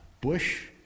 Bush